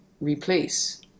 replace